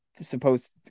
supposed